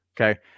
Okay